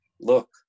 look